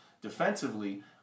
defensively